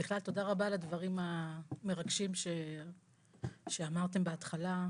בכלל תודה רבה על הדברים המרגשים שאמרתם בהתחלה,